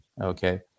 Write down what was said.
Okay